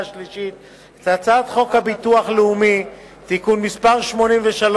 השלישית את הצעת חוק הביטוח הלאומי (תיקון מס' 83,